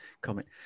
comment